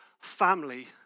family